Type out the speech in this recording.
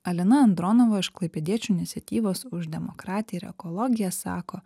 alina andronova iš klaipėdiečių iniciatyvos už demokratiją ir ekologiją sako